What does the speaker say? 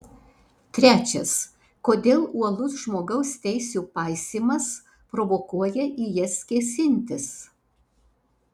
trečias kodėl uolus žmogaus teisių paisymas provokuoja į jas kėsintis